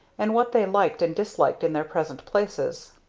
and what they liked and disliked in their present places.